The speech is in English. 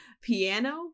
piano